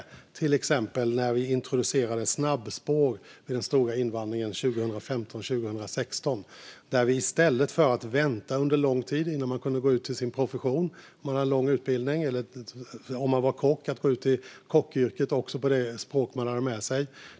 Ett exempel är när vi introducerade snabbspår vid den stora invandringen 2015-2016 i stället för att man skulle vänta under lång tid innan man kunde gå ut i sin profession. Det kunde gälla personer med lång utbildning. Det kunde gälla kockar. Man kunde gå ut i sitt yrke med det språk man hade med sig.